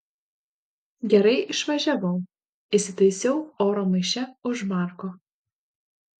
gerai išvažiavau įsitaisiau oro maiše už marko